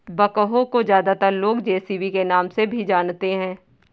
backhoe को ज्यादातर लोग जे.सी.बी के नाम से भी जानते हैं